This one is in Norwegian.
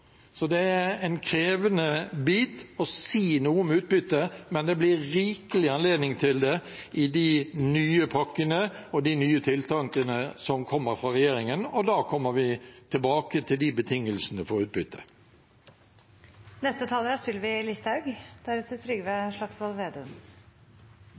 Det er en krevende bit å si noe om utbytte, men det blir rikelig anledning til det i forbindelse med de nye pakkene og de nye tiltakene som kommer fra regjeringen. Da kommer vi tilbake til betingelsene for